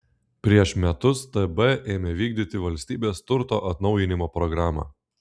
prieš metus tb ėmė vykdyti valstybės turto atnaujinimo programą